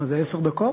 זה עשר דקות?